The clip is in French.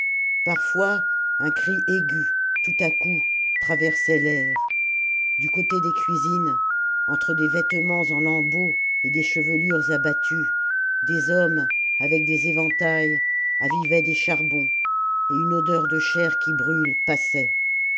parfois un cri aigu tout à coup traversait l'air du côté des cuisines entre des vêtements en lambeaux et des chevelures abattues des hommes avec des éventails avivaient des charbons et une odeur de chair qui brûle passait